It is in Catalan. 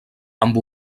amb